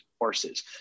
horses